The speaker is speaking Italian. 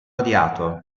odiato